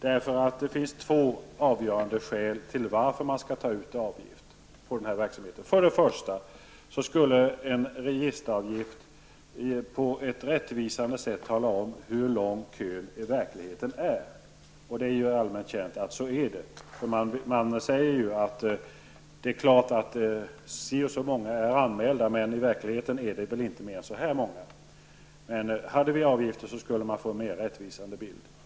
Det finns nämligen två avgörande skäl till att man skall ta ut avgift för verksamheten. För det första skulle en registreringsavgift på ett rättvisande sätt tala om hur lång kön i verkligheten är. Det är ju allmänt känt att man kan konstatera att si och så många är anmälda men att det i verkligheten inte är så många som står i kön. Hade vi avgifter, skulle vi få en mer rättvisande bild.